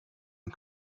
and